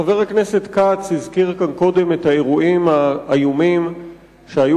חבר הכנסת כץ הזכיר כאן קודם את האירועים האיומים שהיו